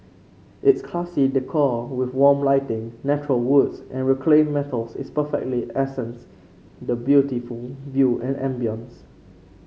its classy decor with warm lighting natural woods and reclaimed metals is perfectly accents the beautiful view and ambience